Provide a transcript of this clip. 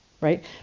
Right